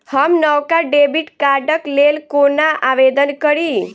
हम नवका डेबिट कार्डक लेल कोना आवेदन करी?